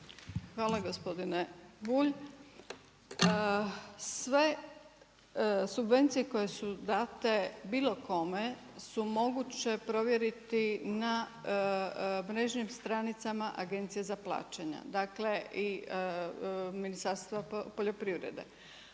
Hvala. Gospodine Bulj, sve subvencije koje su dane bilo kome su moguće provjeriti na mrežnim stranicama Agencije za plaćanja dakle i Ministarstva poljoprivrede.